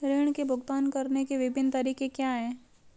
ऋृण के भुगतान करने के विभिन्न तरीके क्या हैं?